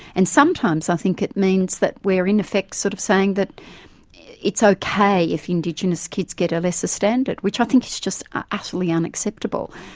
and sometimes i think it means that we're in effect sort of saying that it's okay if indigenous kids get a lesser standard, which i think is just utterly unacceptable.